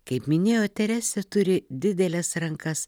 kaip minėjo teresė turi dideles rankas